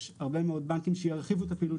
יש היום הרבה מאוד בנקים שירחיבו את הפעילות